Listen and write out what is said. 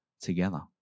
together